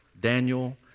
Daniel